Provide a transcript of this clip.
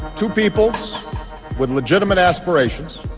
two peoples with legitimate aspirations.